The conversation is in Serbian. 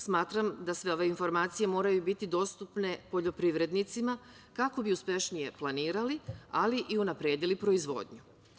Smatram da sve ove informacije moraju biti dostupne poljoprivrednicima, kako bi uspešnije planirali, ali i unapredili proizvodnju.